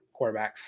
quarterbacks